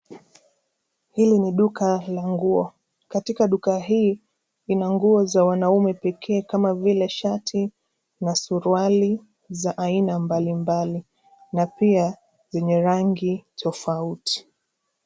Hili ni duka la nguo. Katika duka hii ina nguo za wanaume pekee kama vile shati na suruali za aina mbalimbali, na pia zenye rangi tofauti.